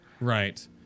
Right